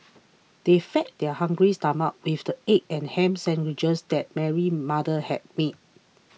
they fed their hungry stomachs with the egg and ham sandwiches that Mary's mother had made